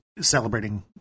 celebrating